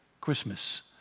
Christmas